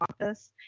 office